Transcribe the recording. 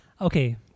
Okay